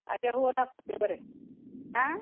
ತಾಜಾ ಹೂವನ್ನೇ ಕೊಡ್ತೀವಿ ಬನ್ರಿ ಹಾಂ